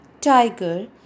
tiger